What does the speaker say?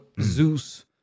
Zeus